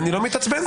לא מתעצבן.